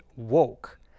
woke